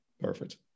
Perfect